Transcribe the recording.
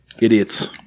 Idiots